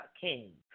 King